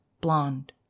blonde